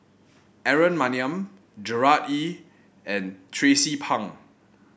Aaron Maniam Gerard Ee and Tracie Pang